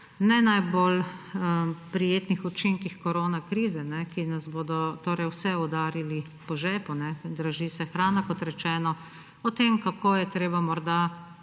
ne najbolj prijetnih učinkih koronakrize, ki nas bodo vse udarili po žepu – draži se hrana, kot rečeno – o tem, kako je treba morda